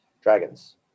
dragons